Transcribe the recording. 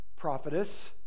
Prophetess